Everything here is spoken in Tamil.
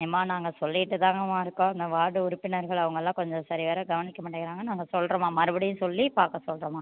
அம்மா நாங்கள் சொல்லிகிட்டு தாங்கம்மா இருக்கோம் இந்த வார்டு உறுப்பினர்கள் அவங்களாம் கொஞ்சம் சரி வர கவனிக்க மாட்டேங்கிறாங்க நாங்கள் சொல்கிறோம்மா மறுபடியும் சொல்லி பார்க்க சொல்கிறோம்மா